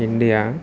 India